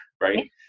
right